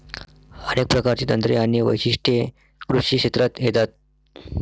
अनेक प्रकारची तंत्रे आणि वैशिष्ट्ये कृषी क्षेत्रात येतात